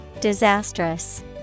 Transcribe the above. Disastrous